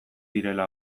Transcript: direla